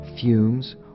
fumes